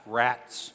rats